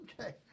Okay